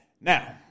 now